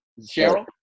Cheryl